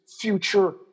future